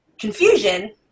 confusion